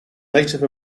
native